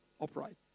upright